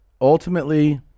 ultimately